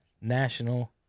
national